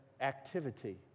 activity